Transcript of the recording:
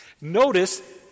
Notice